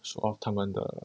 show off 他们的